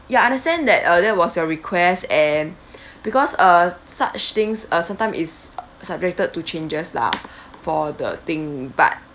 ya understand that uh that was your request and because uh such things uh some time is uh subjected to changes lah for the thing but